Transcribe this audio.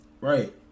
Right